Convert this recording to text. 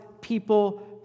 people